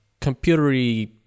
computery